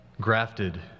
grafted